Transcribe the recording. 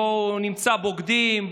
בואו נמצא בוגדים,